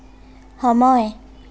সময়